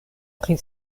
pri